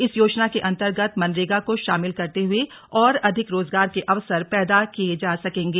इस योजना के अन्तर्गत मनरेगा को शामिल करते हुए और अधिक रोजगार के अवसर पैदा किए जा सकेंगे